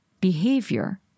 behavior